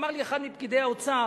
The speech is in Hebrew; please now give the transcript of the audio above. אמר לי אחד מפקידי האוצר,